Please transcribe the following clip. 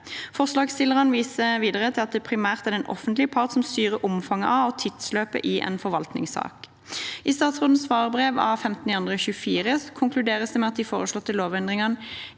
viser videre til at det primært er den offentlige part som styrer omfanget av og tidsforløpet i en forvaltningssak. I statsrådens svarbrev av 15. februar 2024 konkluderes det med at de foreslåtte lovendringer